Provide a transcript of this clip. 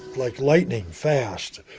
like lightning fast.